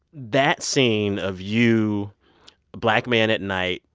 that scene of you black man at night,